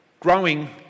Growing